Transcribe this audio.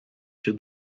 się